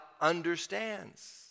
understands